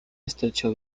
estrecho